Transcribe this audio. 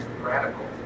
radical